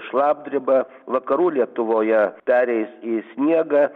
šlapdriba vakarų lietuvoje pereis į sniegą